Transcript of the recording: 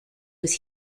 was